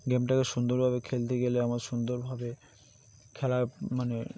গেমটাকে সুন্দরভাবে খেলতে গেলে আমার সুন্দরভাবে খেলার মানে